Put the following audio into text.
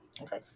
okay